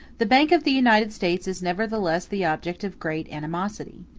the bank of the united states is nevertheless the object of great animosity.